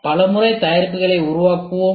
பல முறை தயாரிப்புகளை உருவாக்குவோம்